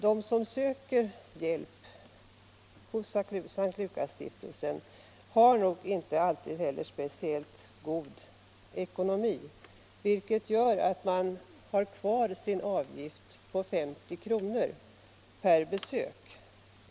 De som söker hjälp hos S:t Lukasstiftelsen har nog inte alltid heller speciellt god ekonomi, vilket gör alt stiftelsen behållit en avgift på 50 kr. per besök.